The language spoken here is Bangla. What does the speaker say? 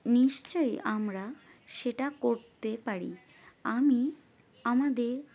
নিশ্চয়ই আমরা সেটা করতে পারি আমি আমাদের